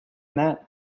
that